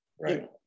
right